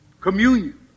Communion